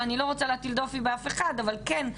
אני לא רוצה להטיל דופי באף אחד אבל כן,